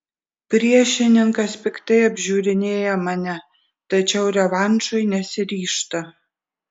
priešininkas piktai apžiūrinėja mane tačiau revanšui nesiryžta